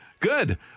Good